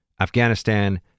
Afghanistan